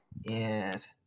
Yes